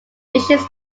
issues